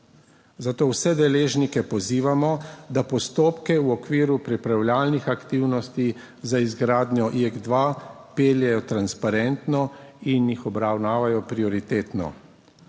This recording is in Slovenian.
Zato vse deležnike pozivamo, da postopke v okviru pripravljalnih aktivnosti za izgradnjo JEK2 peljejo transparentno in jih obravnavajo prioritetno.